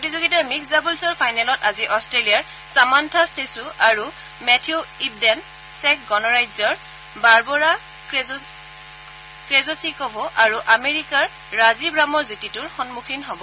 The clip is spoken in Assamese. প্ৰতিযোগিতা মিস্কড ডাবলছৰ ফাইনেলত আজি অট্টেলিয়াৰ ছামান্থা ষ্টছূৰ আৰু মেথিউ ইবডেন চেক গণৰাজ্যৰ বাৰবোৰা ক্ৰেজচিকোভা আৰু আমেৰিকাৰ ৰাজীৱ ৰামৰ যুটীটোৰ সন্মুখীন হব